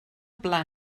pla